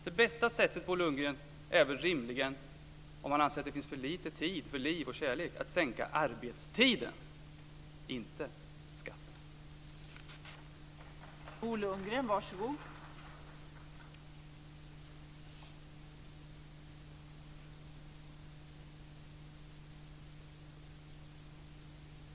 Det bästa sättet är rimligen, om man anser att det finns för lite tid för liv och kärlek, att sänka arbetstiden, inte skatten.